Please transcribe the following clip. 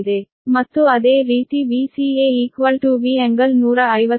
ಮತ್ತು ಅದೇ ರೀತಿ Vca V∟150 ಡಿಗ್ರಿ ಅಂದರೆ ಇದು Vca